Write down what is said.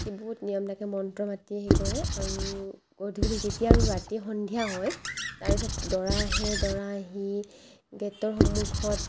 কি বহুত নিয়ম থাকে মন্ত্ৰ মাতি সেই কৰে আৰু গধূলি যেতিয়া আৰু ৰাতি সন্ধিয়া হয় তাৰপাছত দৰা আহে দৰা আহি গেটৰ সন্মুখত